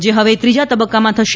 જે હવે ત્રીજા તબક્કામાં થશે